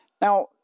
now